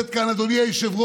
אל תעזור לי דקה.